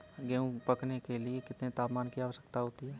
गेहूँ पकने के लिए कितने तापमान की आवश्यकता होती है?